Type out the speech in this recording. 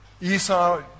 Esau